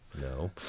No